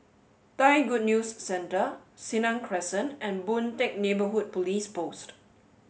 Thai Good News Centre Senang Crescent and Boon Teck Neighbourhood Police Post